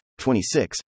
26